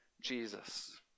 Jesus